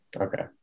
Okay